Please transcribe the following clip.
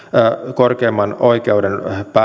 korkeimman oikeuden